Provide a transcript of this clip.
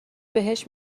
بهش